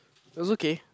it was okay